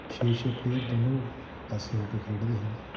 ਛੇ ਛੇ ਪਲੇਅਰ ਦੋਨੋਂ ਪਾਸੇ ਹੋ ਕੇ ਖੇਡਦੇ ਹਨ